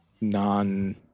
non